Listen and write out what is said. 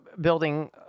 building